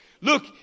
Look